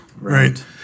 right